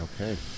Okay